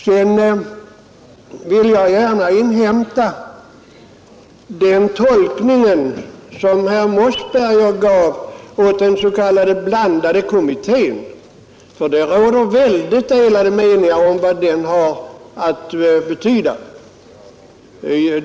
Sedan vill jag gärna inhämta den tolkning som herr Mossberger gav åt den s.k. blandade kommittén, för det råder väldigt delade meningar om vad den har att betyda.